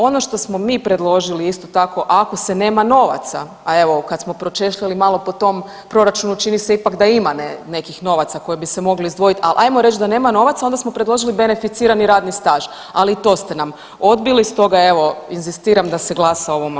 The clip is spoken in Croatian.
Ono što smo mi predložili isto tako ako se nema novaca, a evo kad smo pročešljali malo po tom proračunu čini se ipak da ima nekih novaca koji bi se mogli izdvojiti, ali ajmo reći da nema novaca onda smo predložili beneficirani radni staž, ali i to ste nam odbili stoga evo inzistiram da se glasa o ovom amandmanu.